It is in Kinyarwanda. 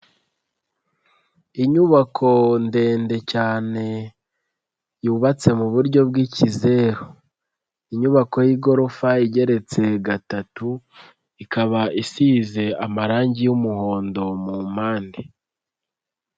Inyubako ndende cyane yubatse mu buryo bw'ikizeru. Inyubako y'igorofa igeretse gatatu ikaba isize amarange y'umuhondo mu mpande.